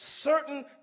certain